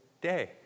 day